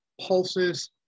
pulses